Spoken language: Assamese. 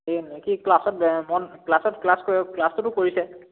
সি কি ক্লাছত মন ক্লাছত ক্লাছ কৰ ক্লাছটোতো কৰিছে